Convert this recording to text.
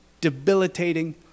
debilitating